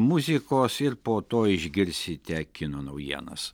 muzikos ir po to išgirsite kino naujienas